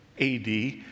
AD